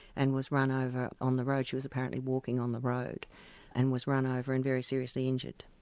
and was run over on the road, she was apparently walking on the road and was run over and very seriously injured.